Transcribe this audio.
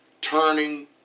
turning